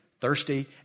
thirsty